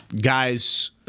guys